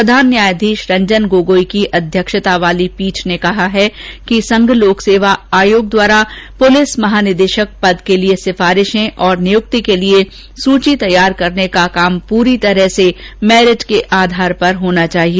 प्रधान न्यायाधीश रंजन गोगोई की अध्यक्षता वाली पीठ ने कहा है कि संघ लोक सेवा आयोग द्वारा पुलिस महानिदेशक पद के लिये सिफारिशें और नियुक्ति के लिये सूची तैयार करने का काम पूरी तरह से मेरिट के आधार पर होना चाहिए